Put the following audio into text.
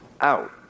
out